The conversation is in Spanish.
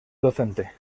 docente